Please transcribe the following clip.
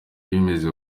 bimeze